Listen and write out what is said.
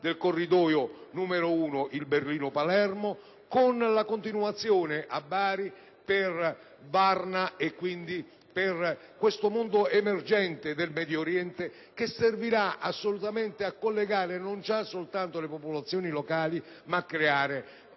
del Corridoio 1, Berlino-Palermo, con la continuazione a Bari per Varna e quindi per questo mondo emergente del Medio Oriente che servirà assolutamente non già soltanto a collegare le popolazioni locali ma a creare